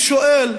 ואני שואל: